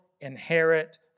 inherit